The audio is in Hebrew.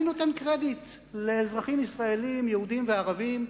אני נותן קרדיט לאזרחים ישראלים, יהודים וערבים,